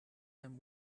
them